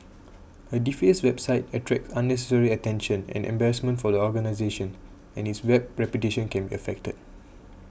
a defaced website attracts unnecessary attention and embarrassment for the organisation and its Web reputation can be affected